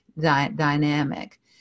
dynamic